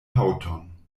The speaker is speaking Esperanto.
haŭton